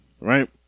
right